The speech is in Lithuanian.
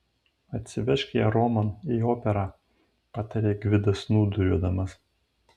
atsivežk ją romon į operą patarė gvidas snūduriuodamas